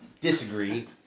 disagree